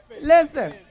Listen